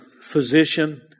physician